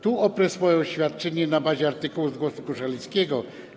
Tu oprę swoje oświadczenie na bazie artykułu z „Głosu Koszalińskiego”